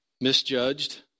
misjudged